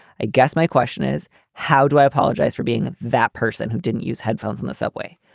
i guess my question is how do i apologize for being that person who didn't use headphones in the subway?